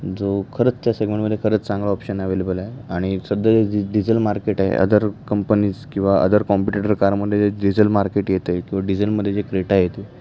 जो खरंच त्या सेगमेंटमध्ये खरंच चांगला ऑप्शन ॲवेलेबल आहे आणि सध्या डिझेल मार्केट आहे अदर कंपनीज किंवा अदर कॉम्पिटिटर कारमध्ये जे डिझेल मार्केट येते किंवा डिझेलमध्ये जे क्रेटा येते